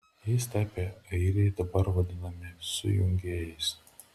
jais tapę airiai dabar vadinami sujungėjais